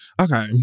okay